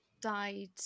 died